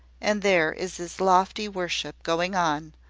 and there is his lofty worship going on,